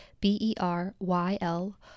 B-E-R-Y-L